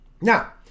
Now